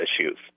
issues